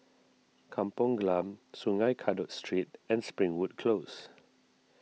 Kampung Glam Sungei Kadut Street and Springwood Close